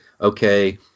okay